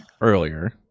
earlier